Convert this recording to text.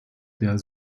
der